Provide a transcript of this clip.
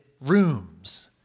rooms